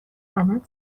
لعنت